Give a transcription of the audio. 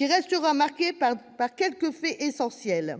restera marqué par quelques faits essentiels.